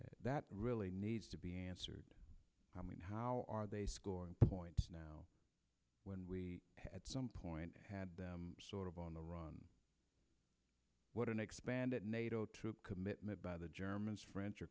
and that really needs to be answered i mean how are they scoring points now when we at some point had them sort of on the run what an expanded nato troop commitment by the germans french